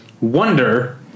Wonder